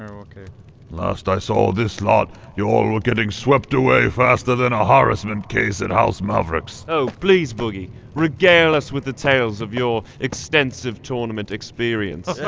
ok last i saw this lot, you all were getting swept away faster than a harassment case at house mavericks. oh please, boogie regale us with the tales of your extensive tournament experience.